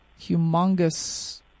humongous